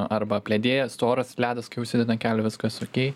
arba apledėjęs storas ledas kai užsideda ant kelio viskas okei